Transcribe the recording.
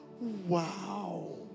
Wow